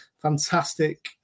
fantastic